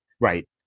Right